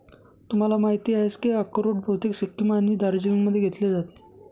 तुम्हाला माहिती आहेच की अक्रोड बहुतेक सिक्कीम आणि दार्जिलिंगमध्ये घेतले जाते